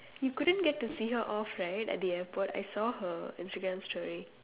you couldn't get to see her off right at the airport I saw her Instagram story